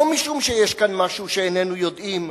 לא משום שיש כאן משהו שאיננו יודעים.